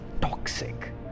toxic